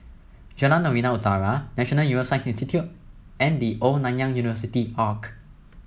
Jalan Novena Utara National Neuroscience Institute and The Old Nanyang University Arch